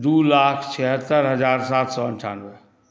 दू लाख छिहत्तरि हजार सात सए अन्ठानबे